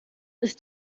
ist